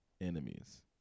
Enemies